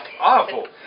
Awful